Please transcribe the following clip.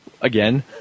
Again